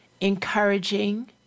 encouraging